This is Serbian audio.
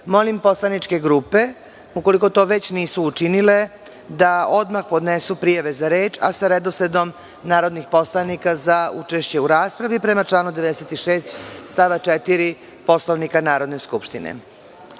poslaničke grupe, ukoliko to već nisu učinile, da odmah podnesu prijave za reč, a sa redosledom narodnih poslanika za učešće u raspravi, prema članu 96. stav 4. Poslovnika Narodne skupštine. Saglasno